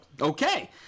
Okay